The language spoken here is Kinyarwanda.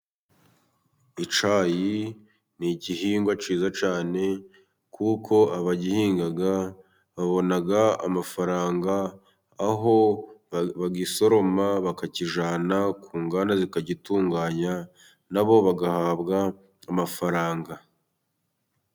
Icyayi ni igihingwa cyiza cyane, kuko abagihinga babona amafaranga, aho bagisoroma bakakijyana ku nganda zikagitunganya, na bo bagahabwa amafaranga.